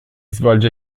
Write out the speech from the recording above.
svolge